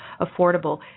affordable